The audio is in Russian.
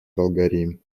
болгарии